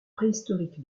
préhistorique